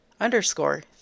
underscore